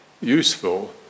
useful